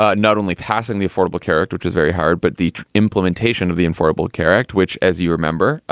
ah not only passing the affordable care act, which is very hard, but the implementation of the affordable care act, which, as you remember,